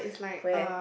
where